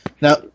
Now